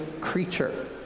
creature